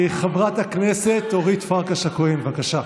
חברת הכנסת אורית פרקש הכהן, בבקשה.